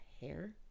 hair